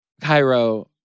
Cairo